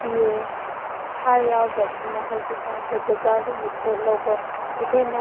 ꯄꯤꯌꯦ ꯍꯥꯔ ꯌꯥꯎꯗꯕꯅꯤꯅ ꯍꯧꯖꯤꯛꯀꯥꯟꯁꯦ ꯕꯖꯥꯔꯗꯒꯤ ꯄꯣꯠ ꯂꯧꯕ ꯑꯩꯈꯣꯏꯅ